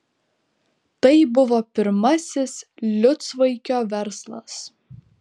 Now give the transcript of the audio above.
tai buvo pirmasis liucvaikio verslas